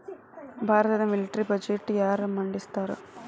ಭಾರತದ ಮಿಲಿಟರಿ ಬಜೆಟ್ನ ಯಾರ ಮಂಡಿಸ್ತಾರಾ